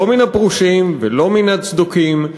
לא מן הפרושים ולא מן הצדוקים,